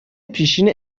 پیشین